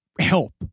help